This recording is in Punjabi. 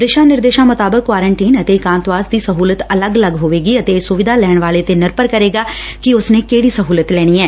ਦਿਸ਼ਾ ਨਿਰਦੇਸ਼ਾਂ ਮੁਤਾਬਿਕ ਕੁਆਰਟਨਟੀਨ ਅਤੇ ਏਕਾਂਤਵਾਸ ਦੀ ਸਹੁਲਤ ਅਲੱਗ ਅਲੱਗ ਹੋਵੇਗੀ ਅਤੇ ਇਹ ਸੁਵਿਧਾ ਲੈਣ ਵਾਲੇ ਤੇ ਨਿਰਭਰ ਕਰੇਗਾ ਕਿ ਉਸਨੇ ਕਿਹੜੀ ਸਹੁਲਤ ਲੈਣੀ ਐ